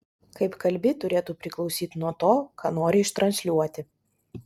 kaip kalbi turėtų priklausyt nuo to ką nori ištransliuoti